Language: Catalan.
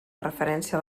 referència